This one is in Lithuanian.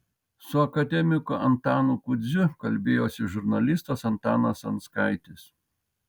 su akademiku antanu kudziu kalbėjosi žurnalistas antanas anskaitis